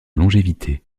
longévité